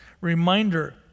reminder